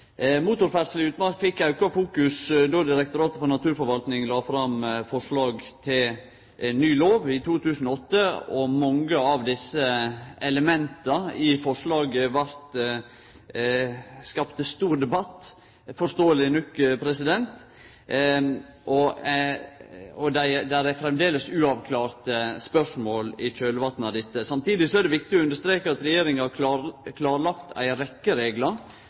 utmark fekk auka fokus då Direktoratet for naturforvalting i 2008 la fram forslag til ein ny lov, og mange av elementa i forslaget skapte stor debatt, forståeleg nok. Det er framleis uavklarte spørsmål i kjølvatnet av dette. Samtidig er det viktig å understreke at regjeringa har klarlagt ei rekkje reglar